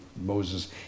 Moses